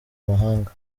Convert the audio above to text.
mahanga